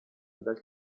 del